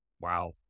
Wow